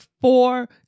four